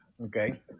Okay